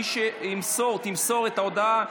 מי שתמסור את ההודעה,